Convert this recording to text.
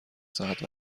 ساعت